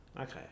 Okay